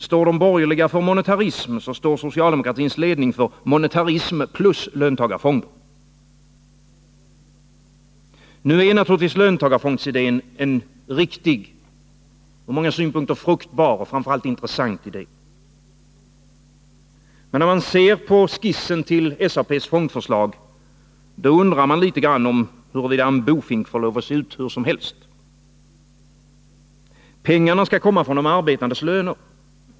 Står de borgerliga för monetarism, så står socialdemokratins ledning för monetarism plus löntagarfonder. Nu är naturligtvis löntagarfondsidén en riktig och ur många synpunkter fruktbar och framför allt intressant idé. Men när man ser på skissen till SAP:s fondförslag, då undrar man om en bofink får lov att se ut hur som helst. Pengarna skall komma från de arbetandes löner.